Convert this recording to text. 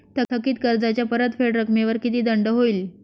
थकीत कर्जाच्या परतफेड रकमेवर किती दंड होईल?